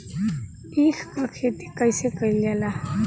ईख क खेती कइसे कइल जाला?